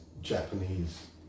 Japanese